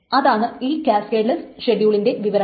അതാണ് ഈ കാസ്കേഡ്ലെസ്സ് ഷെഡ്യൂളിന്റെ വിവരണം